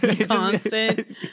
Constant